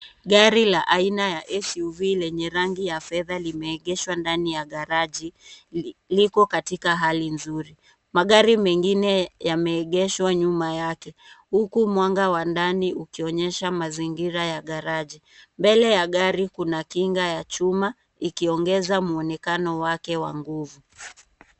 Gari la aina ya SUV lenye rangi ya fedha limeegeshwa ndani ya garaji. Liko katika hali nzuri. Magari mengine yameegeshwa nyuma yake, huku mwanga wa ndani ukionyesha mazingira ya garaji. Mbele ya gari kuna kinga ya chuma, ikiongeza muonekano wake wa nguvu.